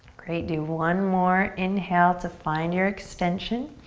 great, do one more, inhale to find your extension.